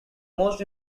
most